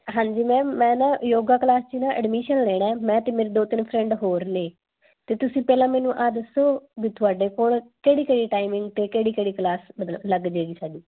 ਹਾਂਜੀ ਮੈਮ ਮੈਂ ਨਾ ਯੋਗਾ ਕਲਾਸ 'ਚ ਨਾ ਐਡਮਿਸ਼ਨ ਲੈਣਾ ਮੈਂ ਅਤੇ ਮੇਰੇ ਦੋ ਤਿੰਨ ਫਰੈਂਡ ਹੋਰ ਨੇ ਅਤੇ ਤੁਸੀਂ ਪਹਿਲਾਂ ਮੈਨੂੰ ਆਹ ਦੱਸੋ ਵੀ ਤੁਹਾਡੇ ਕੋਲ ਕਿਹੜੀ ਕਿਹੜੀ ਟਾਈਮਿੰਗ ਅਤੇ ਕਿਹੜੀ ਕਿਹੜੀ ਕਲਾਸ ਮਤਲਬ ਲੱਗ ਜੇਗੀ ਸਾਡੀ